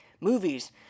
movies